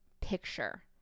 picture